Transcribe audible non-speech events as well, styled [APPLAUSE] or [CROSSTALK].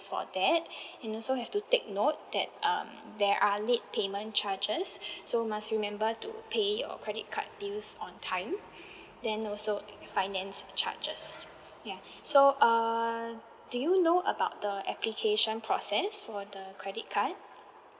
for that [BREATH] and also have to take note that um there are late payment charges [BREATH] so must remember to pay your credit card bills on time [BREATH] then also finance charges ya so err do you know about the application process for the credit card